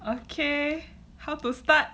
okay how to start